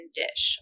dish